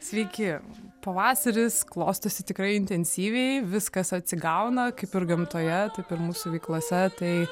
sveiki pavasaris klostosi tikrai intensyviai viskas atsigauna kaip ir gamtoje taip ir mūsų veiklose tai